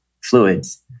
fluids